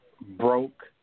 broke